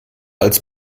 als